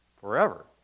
forever